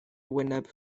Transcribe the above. wyneb